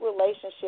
relationship